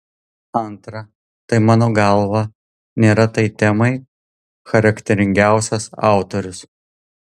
antra tai mano galva nėra tai temai charakteringiausias autorius